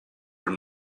were